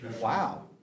Wow